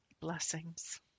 blessings